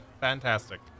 fantastic